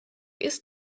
ist